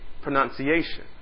pronunciation